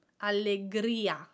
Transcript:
Allegria